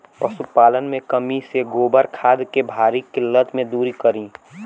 पशुपालन मे कमी से गोबर खाद के भारी किल्लत के दुरी करी?